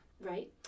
right